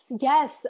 yes